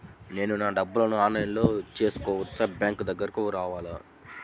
నేను నా డబ్బులను ఆన్లైన్లో చేసుకోవచ్చా? బ్యాంక్ దగ్గరకు రావాలా?